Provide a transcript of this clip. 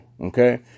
Okay